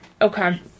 Okay